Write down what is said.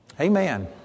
Amen